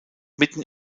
mitten